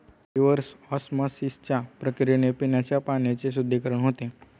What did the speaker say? reverse ऑस्मॉसिसच्या प्रक्रियेने पिण्याच्या पाण्याचे शुद्धीकरण होते